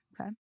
okay